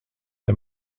der